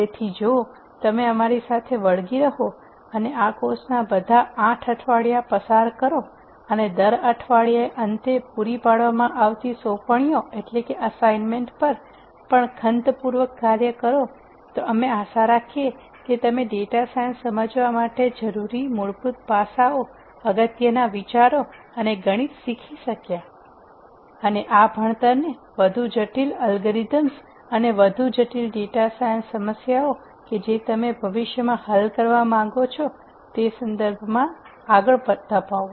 તેથી જો તમે અમારી સાથે વળગી રહો અને આ કોર્સના બધા આઠ અઠવાડિયા પસાર કરો અને દર અઠવાડિયે અંતે પૂરી પાડવામાં આવતી સોંપણીઓ પર પણ ખંતપૂર્વક કાર્ય કરો તો અમે આશા રાખીએ કે તમે ડેટા સાયન્સ સમજવા માટે જરૂરીમૂળભૂત પાસાઓઅગત્યના વિચારો અને ગણિત શીખી શક્યા અને આ ભણતરને વધુ જટિલ અલ્ગોરિધમ્સ અને વધુ જટિલ ડેટા સાયન્સ સમસ્યાઓ કે જે તમે ભવિષ્યમાં હલ કરવા માંગો છો તેના સંદર્ભમાં આગળ ધપાવો